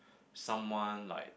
someone like